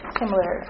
similar